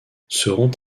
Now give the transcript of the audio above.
seront